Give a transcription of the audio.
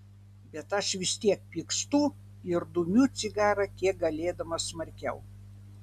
bet aš vis tiek pykstu ir dumiu cigarą kiek galėdamas smarkiau